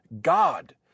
God